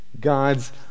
God's